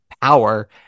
power